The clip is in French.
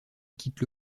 quitte